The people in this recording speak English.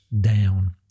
down